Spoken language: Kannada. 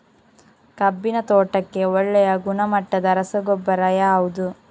ಕಬ್ಬಿನ ತೋಟಕ್ಕೆ ಒಳ್ಳೆಯ ಗುಣಮಟ್ಟದ ರಸಗೊಬ್ಬರ ಯಾವುದು?